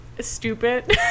stupid